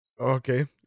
Okay